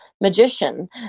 magician